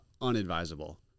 unadvisable